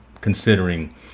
considering